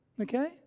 Okay